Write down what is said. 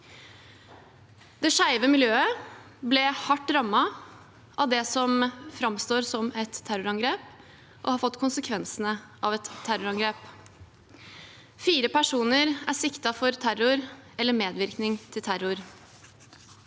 Det skeive miljøet ble hardt rammet av det som framstår som et terrorangrep, og som har fått konsekvensene av et terrorangrep. Fire personer er siktet for terror eller medvirkning til terror.